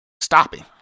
stopping